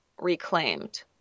reclaimed